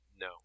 no